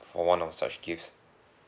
for one of such gifts